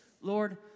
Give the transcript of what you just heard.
Lord